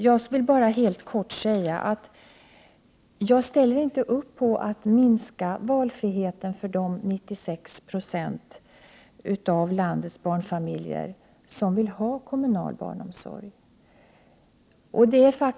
Jag vill bara helt kort säga att jag inte ställer upp för att minska valfriheten för de 96 96 av landets barnfamiljer som vill ha kommunal barnomsorg.